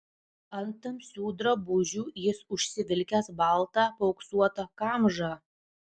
ant tamsių drabužių jis užsivilkęs baltą paauksuotą kamžą